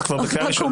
את כבר בקריאה ראשונה.